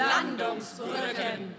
Landungsbrücken